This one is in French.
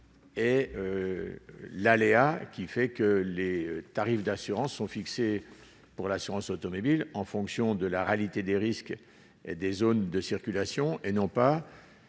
et l'aléa qui fait que les tarifs d'assurance sont fixés pour l'assurance automobile en fonction de la réalité des risques et des zones de circulation et non pas